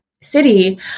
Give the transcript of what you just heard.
city